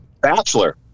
Bachelor